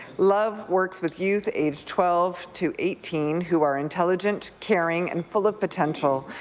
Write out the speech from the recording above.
love works with youth aged twelve to eighteen who are intelligent, caring and full of potential,